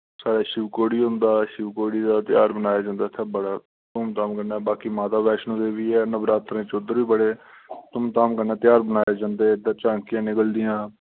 साढ़े शिव खोड़ी होंदा शिव खोड़ी दा त्यार मनाया जंदा इत्थै बड़ा धूम धाम कन्नै बाकि माता वैश्णो देवी ऐ नवरात्रें च उद्दर बी बड़े धूम धाम कन्नै त्यार मनाए जंदे इद्दर झांकियां निकलदियां